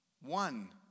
one